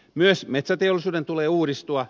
myös metsäteollisuuden tulee uudistua